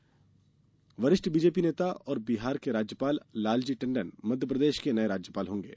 नये राज्यपाल वरिष्ठ भाजपा नेता और बिहार के राज्यपाल लालजी टण्डन मध्यप्रदेश के नये राज्यपाल होंगे